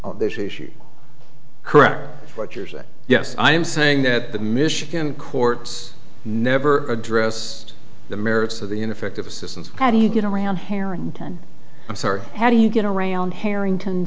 court correct but you're saying yes i'm saying that the michigan courts never addressed the merits of the ineffective assistance how do you get around harrington i'm sorry how do you get around harrington